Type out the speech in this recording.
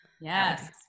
Yes